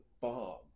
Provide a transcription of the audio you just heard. bomb